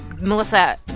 Melissa